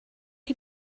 chi